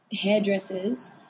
hairdressers